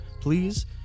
Please